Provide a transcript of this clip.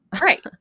Right